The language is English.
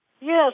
Yes